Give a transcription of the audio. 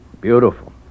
Beautiful